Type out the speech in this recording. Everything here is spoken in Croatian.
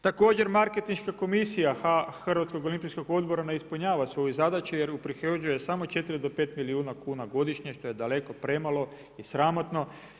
Također marketinška komisija Hrvatskog odbora ne ispunjava svoju zadaću jer uprihođuje samo 4 do 5 milijuna kuna godišnje što je daleko premalo i sramotno.